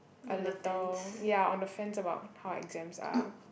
a little ya on the fence about how exams are